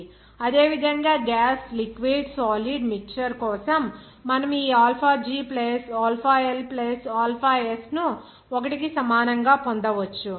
G L 1 అదేవిధంగా gas liquid solid mixture కోసం మనము ఈ alpha G alpha L alpha S ను 1 కి సమానంగా పొందవచ్చు